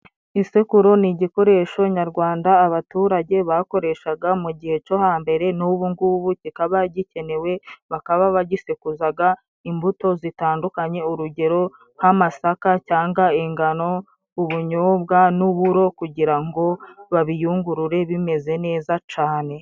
Isekuru ni igikoresho nyarwanda abaturage bakoreshaga mu gihe co hambere n'ubu ngubu kikaba gikenewe bakaba bagisekuzaga imbuto zitandukanye urugero nk'amasaka cyanga ingano, ubunyobwa n'uburo kugira ngo babiyungurure bimeze neza cane.